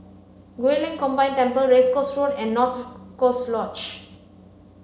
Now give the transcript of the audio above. Guilin Combined Temple Race Course Road and North Coast Lodge